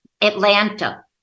Atlanta